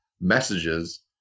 messages